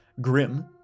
grim